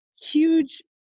huge